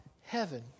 heaven